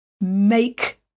make